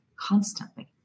constantly